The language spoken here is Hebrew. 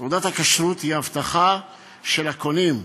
תעודת הכשרות היא הבטחה לקונים,